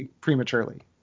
prematurely